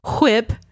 whip